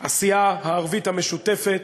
הסיעה הערבית המשותפת,